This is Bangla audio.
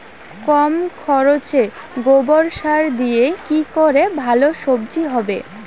কম খরচে গোবর সার দিয়ে কি করে ভালো সবজি হবে?